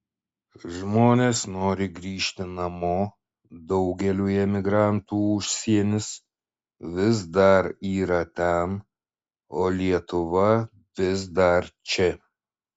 žmonės nori grįžti namo daugeliui emigrantų užsienis vis dar yra ten o lietuva vis dar čia